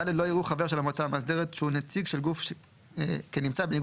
לא יראו חבר של המועצה המאסדרת שהוא נציג של גוף כנמצא בניגוד